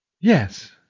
Yes